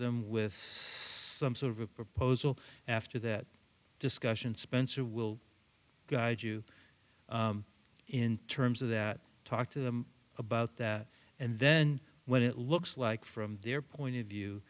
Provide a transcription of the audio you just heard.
them with some sort of a proposal after that discussion spencer will guide you in terms of that talk to them about that and then when it looks like from their point of view